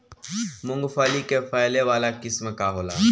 मूँगफली के फैले वाला किस्म का होला?